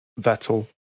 Vettel